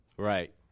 Right